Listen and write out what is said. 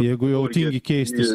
jeigu jau tingi keistis